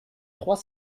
trois